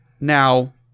Now